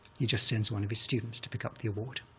he just sends one of his students to pick up the award.